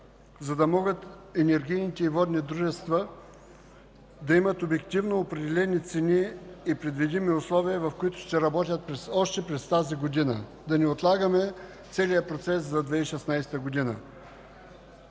за да могат енергийните и водните дружества да имат обективно определени цени и предвидими условия, в които ще работят още през тази година. Да не отлагаме целия процес за 2016 г.